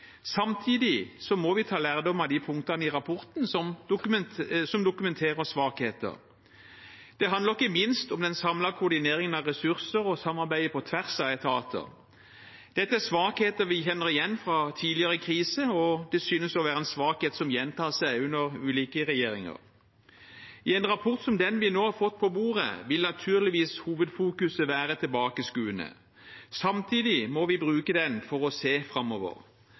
Samtidig må vi ta lærdom av de punktene i rapporten som dokumenterer svakheter. Det handler ikke minst om den samlede koordineringen av ressurser og samarbeidet på tvers av etater. Dette er svakheter vi kjenner igjen fra tidligere kriser, og det synes å være en svakhet som gjentar seg under ulike regjeringer. I en rapport som den vi nå har fått på bordet, vil naturligvis hovedfokuset være tilbakeskuende. Samtidig må vi bruke den for å se framover.